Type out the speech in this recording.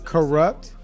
Corrupt